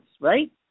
right